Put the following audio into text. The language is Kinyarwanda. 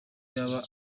yaba